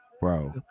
Bro